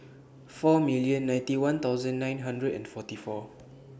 four million ninety one thousand nine hundred and forty four